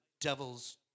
devil's